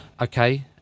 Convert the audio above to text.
okay